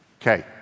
Okay